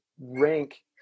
rank